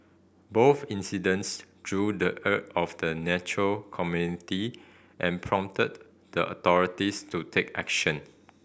both incidents drew the of the nature community and prompted the authorities to take action